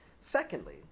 Secondly